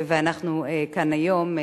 ואנחנו כאן היום.